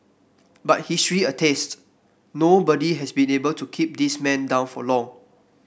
but history attests nobody has been able to keep this man down for long